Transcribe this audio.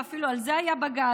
ואפילו על זה היה בג"ץ,